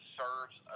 serves